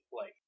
play